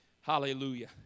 Hallelujah